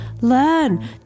learn